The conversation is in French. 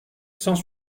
cent